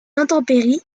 intempéries